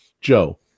Joe